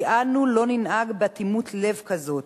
כי אנו לא ננהג באטימות לב כזאת,